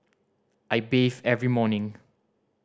I bathe every morning